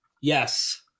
Yes